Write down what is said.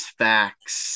facts